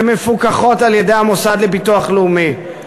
שמפוקחות על-ידי המוסד לביטוח לאומי.